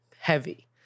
heavy